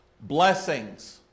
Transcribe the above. Blessings